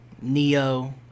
Neo